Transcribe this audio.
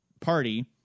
Party